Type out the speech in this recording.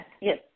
Yes